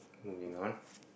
moving on